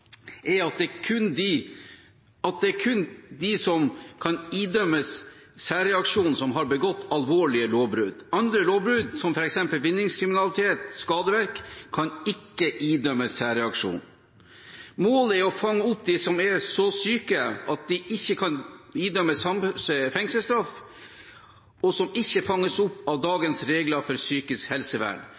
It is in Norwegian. er at det kun er de som har begått alvorlige lovbrudd, som kan idømmes særreaksjon. Andre lovbrudd, som f.eks. vinningskriminalitet og skadeverk, kan ikke idømmes særreaksjon. Målet er å fange opp dem som er så syke at de ikke kan idømmes fengselsstraff, og som ikke fanges opp av dagens regler for psykisk helsevern,